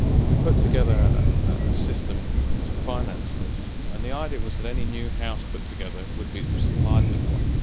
but we put together a system to finance this and the idea was that any new house put together would be supplied with one,